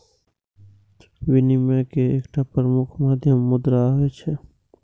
विनिमय के एकटा प्रमुख माध्यम मुद्रा होइ छै